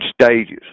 stages